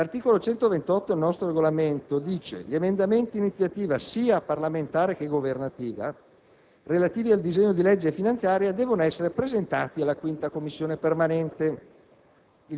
L'articolo 128 del nostro Regolamento, al comma 1, recita: «Gli emendamenti, di iniziativa sia parlamentare che governativa, relativi al disegno di legge finanziaria devono essere presentati alla 5ª Commissione permanente».